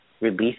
release